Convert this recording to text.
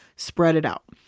spread it out.